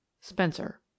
SPENCER